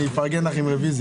אני מפרגן לך עם רוויזיה.